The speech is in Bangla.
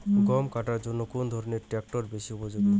গম কাটার জন্য কোন ধরণের ট্রাক্টর বেশি উপযোগী?